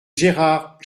gérard